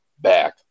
back